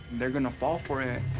they're gonna fall for it.